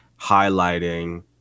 highlighting